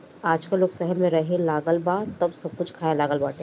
आजकल लोग शहर में रहेलागल बा तअ सब कुछ खाए लागल बाटे